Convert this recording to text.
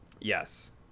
yes